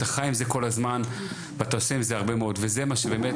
אתה חי עם זה כל הזמן ואתה עושה עם זה הרבה מאוד וזה מה שבאמת,